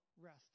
rest